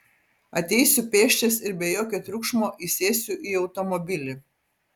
ateisiu pėsčias ir be jokio triukšmo įsėsiu į automobilį